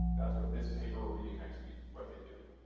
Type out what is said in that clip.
that's what this paper we're reading next week, what they do.